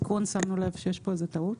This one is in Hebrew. שמנו לב שיש פה טעות.